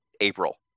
April